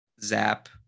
zap